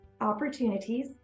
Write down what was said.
opportunities